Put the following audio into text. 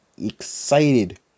excited